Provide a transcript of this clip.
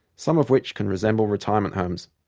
some of which can resemble retirement homes.